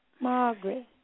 Margaret